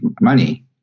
money